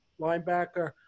linebacker